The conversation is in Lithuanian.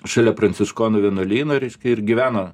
šalia pranciškonų vienuolyno reiškia ir gyveno